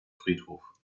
friedhof